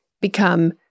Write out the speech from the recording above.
become